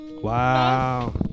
Wow